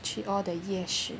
去 all the 夜市